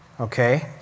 Okay